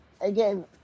again